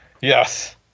Yes